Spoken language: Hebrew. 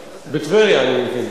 בטבריה, אני מבין.